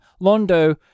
Londo